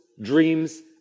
dreams